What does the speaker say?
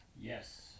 Yes